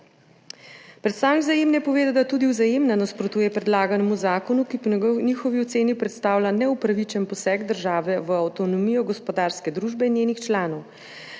Predstavnik Vzajemne je povedal, da tudi Vzajemna nasprotujepredlaganemu zakonu, ki po njihovi oceni predstavlja neupravičen poseg države v avtonomijo gospodarske družbe in njenih članov.